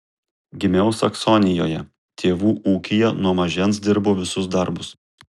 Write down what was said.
gimiau saksonijoje tėvų ūkyje nuo mažens dirbau visus darbus